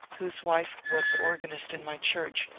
whose wife was the organist in my church,